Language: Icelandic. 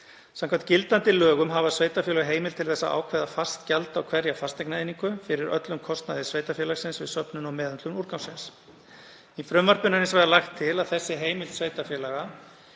Samkvæmt gildandi lögum hafa sveitarfélög heimild til þess að ákveða fast gjald á hverja fasteignaeiningu fyrir öllum kostnaði sveitarfélagsins við söfnun og meðhöndlun úrgangsins. Í frumvarpinu er lagt til að þessi heimild sveitarfélaga